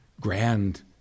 grand